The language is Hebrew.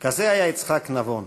"כזה היה יצחק נבון,